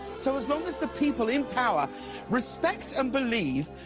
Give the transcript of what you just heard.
so as long as the people in power respect and believe,